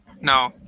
No